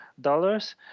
dollars